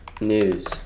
news